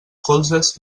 colzes